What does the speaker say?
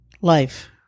life